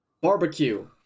Barbecue